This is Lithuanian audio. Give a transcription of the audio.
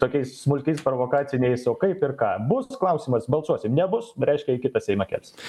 tokiais smulkiais provokaciniais o kaip ir ką bus klausimas balsuosim nebus reiškia į kitą seimą kelsim